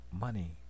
money